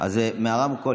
אז מהמיקרופון,